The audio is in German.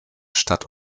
stadt